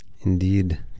Indeed